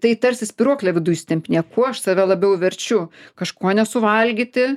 tai tarsi spyruoklė viduj išsitempinėja kuo aš save labiau verčiu kažko nesuvalgyti